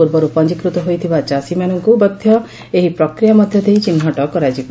ପୂର୍ବରୁ ପଞୀକୃତ ହୋଇଥିବା ଚାଷୀମାନଙ୍କୁ ମଧ୍ଧ ଏହି ପ୍ରକ୍ରିୟା ମଧ୍ଧ ଦେଇ ଚିହ୍ବଟ କରାଯିବ